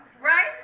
Right